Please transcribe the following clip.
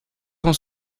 cent